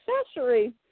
accessory